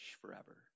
forever